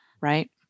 Right